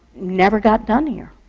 never got done here.